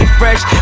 fresh